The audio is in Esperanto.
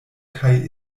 kaj